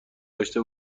داشته